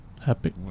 happy